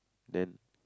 then